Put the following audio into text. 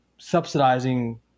Subsidizing